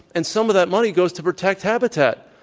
and some of that money goes to protect habitat.